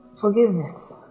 Forgiveness